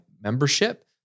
membership